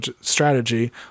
strategy